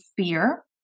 fear